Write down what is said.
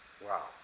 wow